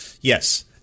yes